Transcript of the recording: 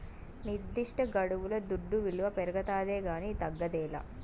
నిర్దిష్టగడువుల దుడ్డు విలువ పెరగతాదే కానీ తగ్గదేలా